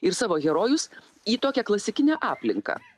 ir savo herojus į tokią klasikinę aplinką